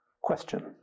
question